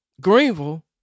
Greenville